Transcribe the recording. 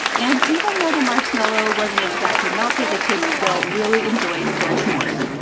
and even though the marshmallow wasn't exactly melted, the kids still really enjoyed their s'mores.